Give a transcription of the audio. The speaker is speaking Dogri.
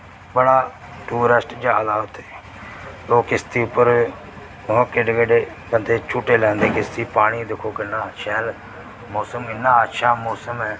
बड़ा टूरिस्ट जा दा उत्थै लोक किश्ती उप्पर ओह् केड्डे केड्डे बंदे झूटे लैंदे किश्ती पानी दिक्खो किन्ना शैल मौसम इन्ना अच्छा मौसम ऐ